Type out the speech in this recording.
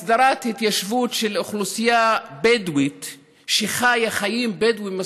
הסדרת התיישבות של האוכלוסייה הבדואית שחיה חיים בדואיים מסורתיים,